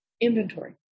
Inventory